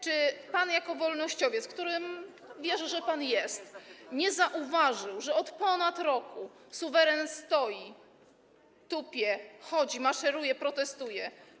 Czy pan jako wolnościowiec, którym wierzę, że pan jest, nie zauważył, że od ponad roku suweren stoi, tupie, chodzi, maszeruje, protestuje?